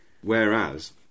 whereas